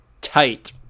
Tight